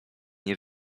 nie